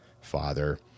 Father